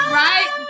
right